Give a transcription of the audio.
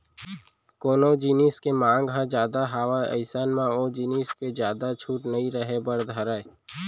कोनो जिनिस के मांग ह जादा हावय अइसन म ओ जिनिस के जादा छूट नइ रहें बर धरय